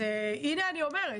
אז הינה, אני אומרת.